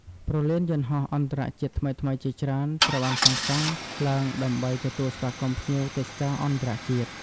ព្រលានយន្តហោះអន្តរជាតិថ្មីៗជាច្រើនត្រូវបានសាងសង់ឡើងដើម្បីទទួលស្វាគមន៍ភ្ញៀវទេសចរអន្តរជាតិ។